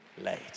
late